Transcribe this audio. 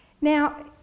Now